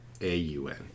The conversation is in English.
A-U-N